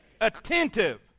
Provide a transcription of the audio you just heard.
attentive